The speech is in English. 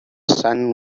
sun